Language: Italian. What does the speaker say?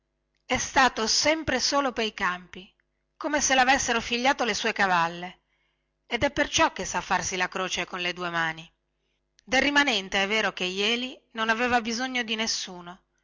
è stato sempre solo pei campi come se lavessero figliato le sue cavalle ed è perciò che sa farsi la croce con le due mani del rimanente è vero che jeli non aveva bisogno di nessuno